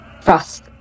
Frost